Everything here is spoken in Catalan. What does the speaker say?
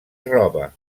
roba